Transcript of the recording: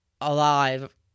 alive